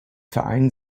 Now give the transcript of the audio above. verein